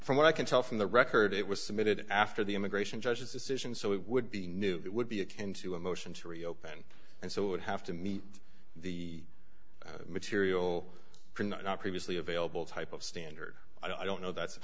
from what i can tell from the record it was submitted after the immigration judge's decision so it would be new it would be akin to a motion to reopen and so it would have to meet the material not previously available type of standard i don't know that's